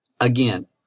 again